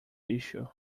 issue